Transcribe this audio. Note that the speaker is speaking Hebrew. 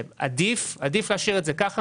עדיף להשאיר את זה כך,